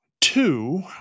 Two